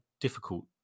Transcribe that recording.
difficult